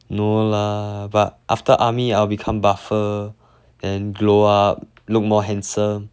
no lah but after army I'll become buffer and glow up look more handsome